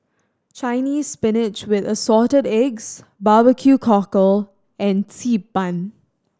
Chinese Spinach with Assorted Eggs barbecue cockle and Xi Ban